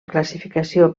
classificació